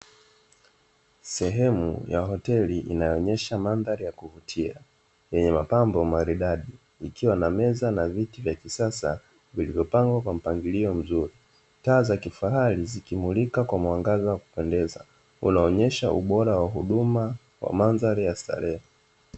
Sehemu ya hoteli inaonyesha mandhari ya kuvutia, yenye mapambo maridadi ikiwa na meza na viti vya kisasa vilivyopangwa kwa mpangilio mzuri, taa za kifahari zikimulika kwa mwangaza wa kupendeza unaonyesha ubora huduma kwa mandhari ya starehe.